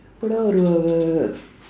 கூட ஒரு:kuuda oru uh